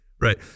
right